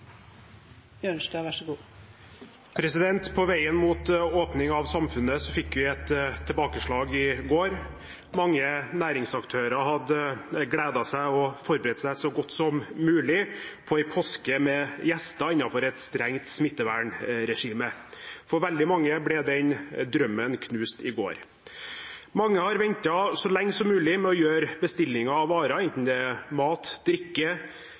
samfunnet fikk vi et tilbakeslag i går. Mange næringsaktører hadde gledet seg og forberedt seg så godt som mulig på en påske med gjester innenfor et strengt smittevernregime. For veldig mange ble den drømmen knust i går. Mange har ventet så lenge som mulig med å gjøre bestilling av varer – enten det er mat, drikke,